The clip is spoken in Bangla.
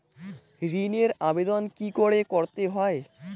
ঋণের আবেদন কি করে করতে হয়?